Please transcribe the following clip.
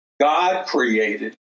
God-created